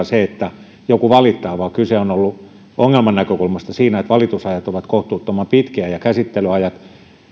se että joku valittaa vaan kyse on ollut ongelman näkökulmasta siitä että valitusajat ovat kohtuuttoman pitkiä ja käsittelyajat